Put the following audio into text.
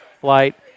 flight